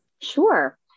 Sure